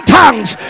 tongues